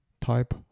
type